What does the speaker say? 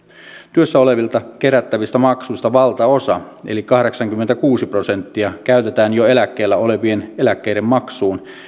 työssä olevilta kerättävistä maksuista valtaosa eli kahdeksankymmentäkuusi prosenttia käytetään jo eläkkeellä olevien eläkkeiden maksuun